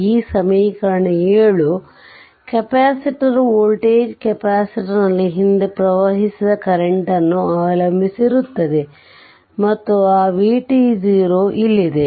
ಈ ಸಮೀಕರಣ 7 capacitor voltage capacitor ನಲ್ಲಿ ಹಿಂದೆ ಪ್ರವಹಿಸಿದ ಕರೆಂಟ್ ನ್ನು ಅವಲಂಬಿಸಿರುತ್ತದೆ ಮತ್ತು ಆ vt0 ಇಲ್ಲಿದೆ